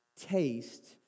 taste